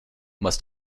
must